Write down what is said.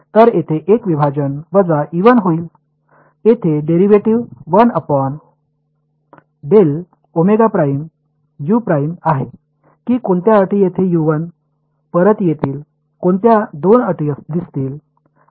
तर येथे एक अविभाज वजा होईल येथे डेरिव्हेटिव्ह आहे की कोणत्या अटी येथे परत येतील कोणत्या दोन अटी दिसतील